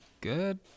good